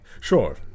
Sure